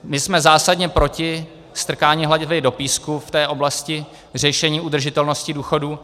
My jsme zásadně proti strkání hlavy do písku v oblasti řešení udržitelnosti důchodů.